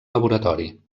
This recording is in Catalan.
laboratori